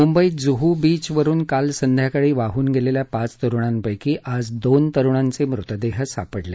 मुंबईत जुह् बीचवरुन काल संध्याकाळी वाहून गेलेल्या पाच तरूणांपैकी आज दोन तरूणांचे मृतदेह सापडले